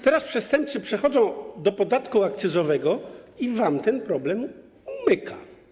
Teraz przestępcy przechodzą do podatku akcyzowego i wam ten problem umyka.